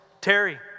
Terry